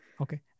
Okay